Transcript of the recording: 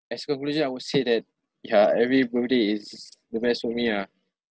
as a conclusion I would say that yeah every birthday is the best to me ah